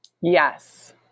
Yes